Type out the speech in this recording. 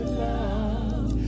love